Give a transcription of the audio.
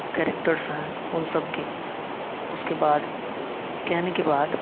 characters हैं उन सबकी उसके बाद कहने के बाद